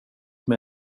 med